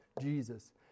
Jesus